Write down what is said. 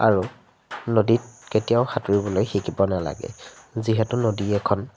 আৰু নদীত কেতিয়াও সাঁতুৰিবলৈ শিকিব নালাগে যিহেতু নদী এখন